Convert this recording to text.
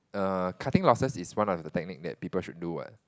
err cutting losses is one of the technique that people should do what